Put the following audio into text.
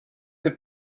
have